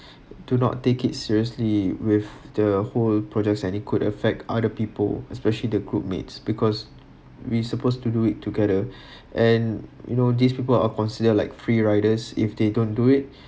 do not take it seriously with the whole projects and it could affect other people especially the group mates because we supposed to do it together and you know these people are considered like free riders if they don't do it